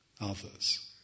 others